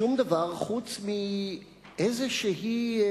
שום דבר, חוץ מאיזו הנחה,